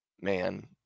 man